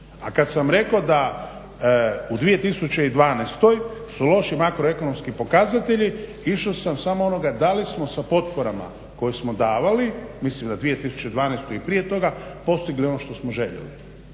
a kad sam rekao da u 2012. su loši makroekonomski pokazatelji išao sam samo onoga da li smo sa potporama koje smo davali, mislim na 2012. i prije toga, postigli ono što smo željeli.